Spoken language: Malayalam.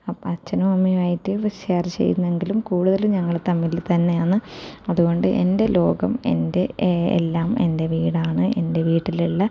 അപ്പം അച്ഛനും അമ്മയുമായിട്ട് ഇത് ഷെയർ ചെയ്യുന്നുണ്ടെങ്കിലും കൂടുതലും ഞങ്ങൾ തമ്മിൽ തന്നെയാണ് അതുകൊണ്ട് എൻ്റെ ലോകം എൻ്റെ എല്ലാം എൻ്റെ വീടാണ് എൻ്റെ വീട്ടിലുള്ള